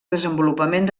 desenvolupament